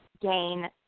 gain